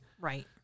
Right